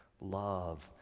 love